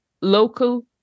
local